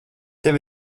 tev